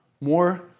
More